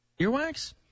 Earwax